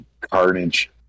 carnage